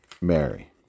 Mary